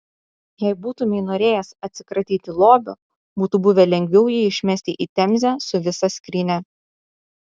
jei būtumei norėjęs atsikratyti lobio būtų buvę lengviau jį išmesti į temzę su visa skrynia